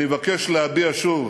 אני מבקש להביע שוב